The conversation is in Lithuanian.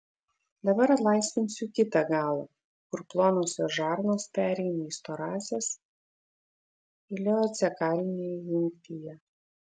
dabar atlaisvinsiu kitą galą kur plonosios žarnos pereina į storąsias ileocekalinėje jungtyje